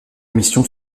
émissions